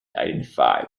identified